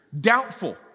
doubtful